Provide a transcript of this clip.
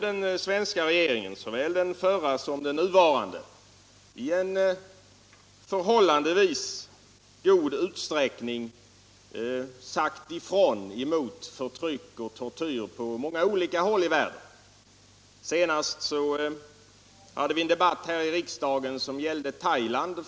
Den svenska regeringen — såväl den förra som den nuvarande — har i förhållandevis stor utsträckning sagt ifrån emot förtryck och tortyr på många olika håll i världen. Senast hade vi för några veckor sedan en debatt här i riksdagen som gällde Thailand.